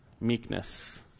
meekness